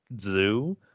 zoo